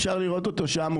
אפשר לראות אותו שם,